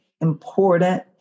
important